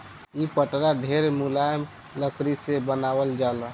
इ पटरा ढेरे मुलायम लकड़ी से बनावल जाला